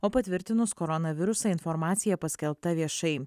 o patvirtinus koronavirusą informacija paskelbta viešai